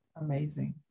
amazing